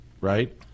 right